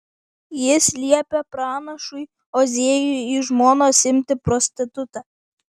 jis liepia pranašui ozėjui į žmonas imti prostitutę